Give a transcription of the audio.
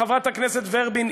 חברת הכנסת ורבין,